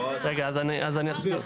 רגע, אז אני אסביר.